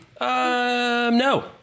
no